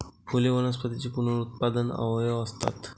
फुले वनस्पतींचे पुनरुत्पादक अवयव असतात